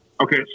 Okay